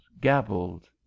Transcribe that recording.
gabbled